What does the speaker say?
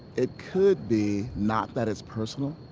it could be not that it's personal,